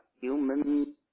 human